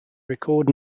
record